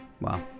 wow